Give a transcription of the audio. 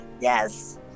Yes